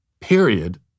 Period